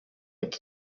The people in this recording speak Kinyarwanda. ati